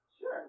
Sure